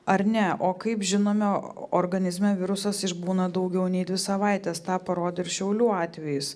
ar ne o kaip žinome organizme virusas išbūna daugiau nei dvi savaites tą parodė ir šiaulių atvejis